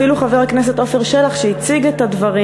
אפילו חבר הכנסת עפר שלח שהציג את הדברים